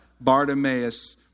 Bartimaeus